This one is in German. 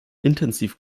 intensiv